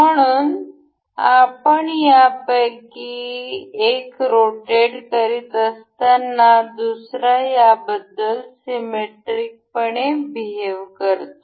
म्हणून आपण त्यापैकी एक रोटेट करीत असताना दुसरा याबद्दल सिमेट्रिकपणे बिहेव करतो